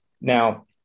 Now